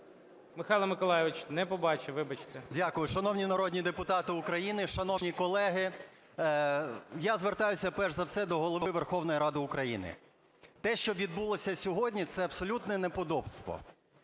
Михайло Миколайович, не побачив, вибачте. 11:10:45 ПАПІЄВ М.М. Дякую. Шановні народні депутати України, шановні колеги! Я звертаюся, перш за все, до Голови Верховної Ради України. Те, що відбулося сьогодні – це абсолютне неподобство.